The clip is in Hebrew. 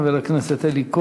חבר הכנסת אלי כהן.